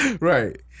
Right